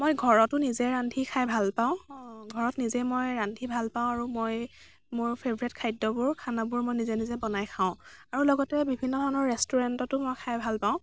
মই ঘৰতো নিজে ৰান্ধি খাই ভাল পাওঁ ঘৰত মই ৰান্ধি ভাল পাওঁ আৰু মই মোৰ ফেভৰেট খাদ্যবোৰ খানাবোৰ মই নিজে নিজে বনাই খাওঁ আৰু লগতে বিভিন্ন ধৰণৰ ৰেষ্টুৰেন্টতো মই খাই ভাল পাওঁ